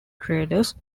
traders